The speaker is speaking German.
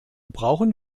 brauchen